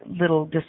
little